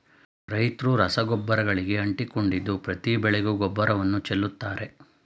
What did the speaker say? ರೈತ್ರು ರಸಗೊಬ್ಬರಗಳಿಗೆ ಅಂಟಿಕೊಂಡಿದ್ದು ಪ್ರತಿ ಬೆಳೆಗೂ ಗೊಬ್ಬರವನ್ನು ಚೆಲ್ಲುತ್ತಾರೆ